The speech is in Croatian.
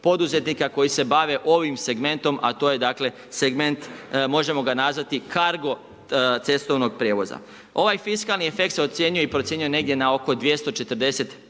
poduzetnika koji se bave ovim segmentom, a to je dakle segment, možemo ga nazvati cargo cestovnog prijevoza. Ovaj fiskalni efekt se ocjenjuje i procjenjuje negdje na oko 240